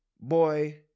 Boy